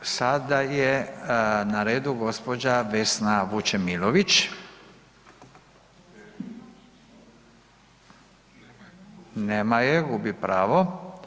Sada je na redu gospođa Vesna Vučemilović, nema je gubi pravo.